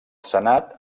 senat